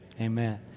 amen